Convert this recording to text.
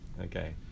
Okay